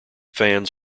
fans